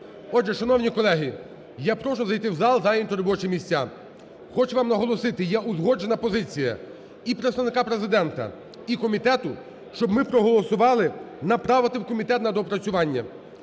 шановні колеги, я прошу зайти в зал, зайняти робочі місця. Хочу вам наголосити: є узгоджена позиція і представника Президента, і комітету, щоб ми проголосували направити в комітет на доопрацювання.